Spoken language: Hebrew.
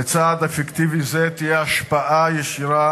לצעד אפקטיבי זה תהיה השפעה ישירה